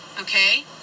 okay